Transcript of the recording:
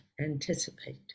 anticipate